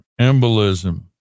embolism